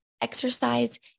exercise